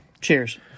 Cheers